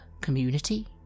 community